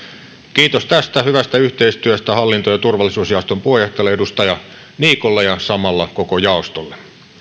kiitos tästä hyvästä yhteistyöstä hallinto ja turvallisuusjaoston puheenjohtajalle edustaja niikolle ja samalla koko jaostolle